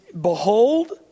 behold